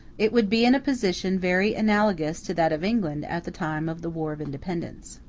it would be in a position very analogous to that of england at the time of the war of independence.